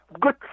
Good